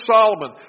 Solomon